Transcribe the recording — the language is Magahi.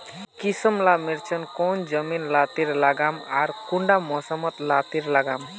किसम ला मिर्चन कौन जमीन लात्तिर लगाम आर कुंटा मौसम लात्तिर लगाम?